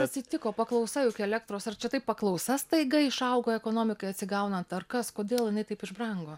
atsitiko paklausa elektros ar čia taip paklausa staiga išaugo ekonomikai atsigaunant ar kas kodėl jinai taip išbrango